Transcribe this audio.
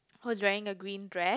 who is wearing a green dress